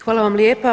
Hvala vam lijepa.